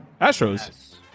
Astros